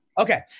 Okay